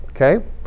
okay